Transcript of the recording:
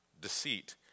Deceit